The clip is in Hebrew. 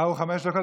הוא חמש דקות.